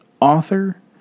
author